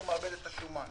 הוא מאבד את השומן.